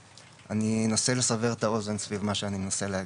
אני אנסה לסבר את האוזן סביב מה שאני מנסה להגיד.